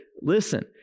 listen